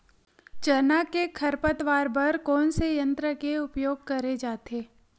चना के खरपतवार बर कोन से यंत्र के उपयोग करे जाथे?